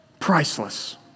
Priceless